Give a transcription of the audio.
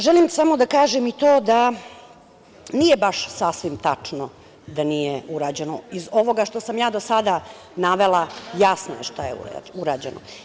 Želim samo da kažem i to da nije sasvim tačno da nije urađeno, iz ovoga što sam ja do sada navela, jasno je šta je urađeno.